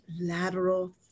lateral